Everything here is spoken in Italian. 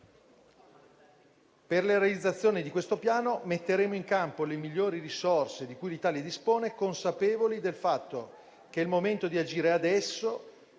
Per la realizzazione di questo Piano metteremo in campo le migliori risorse di cui l'Italia dispone, consapevoli del fatto che il momento di agire è adesso